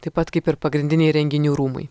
taip pat kaip ir pagrindiniai renginių rūmai